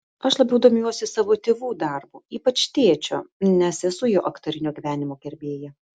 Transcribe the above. aš labiau domiuosi savo tėvų darbu ypač tėčio nes esu jo aktorinio gyvenimo gerbėja